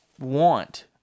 want